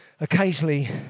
occasionally